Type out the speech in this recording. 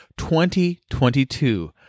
2022